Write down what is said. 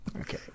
Okay